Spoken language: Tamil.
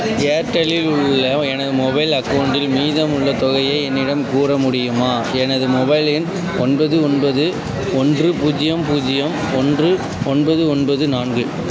ஏர்டெலில் உள்ள எனது மொபைல் அக்கௌண்ட்டில் மீதம் உள்ள தொகையை என்னிடம் கூற முடியுமா எனது மொபைல் எண் ஒன்பது ஒன்பது ஒன்று பூஜ்ஜியம் பூஜ்ஜியம் ஒன்று ஒன்பது ஒன்பது நான்கு